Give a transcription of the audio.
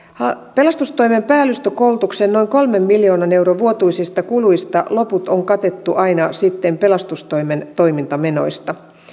pelastustoimen päällystökoulutuksen noin kolmen miljoonan euron vuotuisista kuluista loput on katettu aina sitten pelastustoimen toimintamenoista